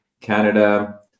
Canada